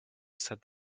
said